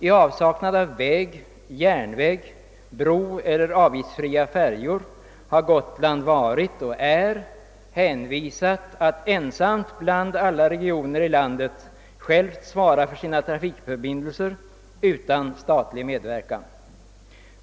I avsaknad av väg, järnväg, bro och avgiftsfria färjor har Gotland varit och är hänvisat till att ensamt bland alla regioner i landet självt svara för sina trafikförbindelser utan statlig medverkan.